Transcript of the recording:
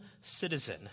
citizen